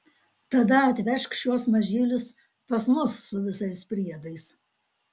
tada atvežk šiuos mažylius pas mus su visais priedais